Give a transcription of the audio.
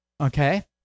okay